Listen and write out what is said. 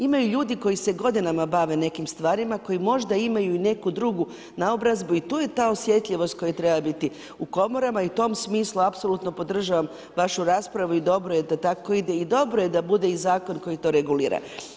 Imaju ljudi koji se godinama bave nekim stvarima, koji možda imaju i neku drugu naobrazbu i tu je ta osjetljivost koja treba biti u komorama i u tom smislu apsolutno podržavam vašu raspravu i dobro je da tako ide i dobro je da bude i zakon koji to regulira.